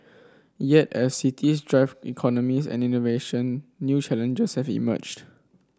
yet as cities drive economies and innovation new challenges have emerged